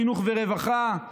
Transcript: חינוך ורווחה,